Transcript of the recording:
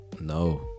No